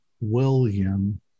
William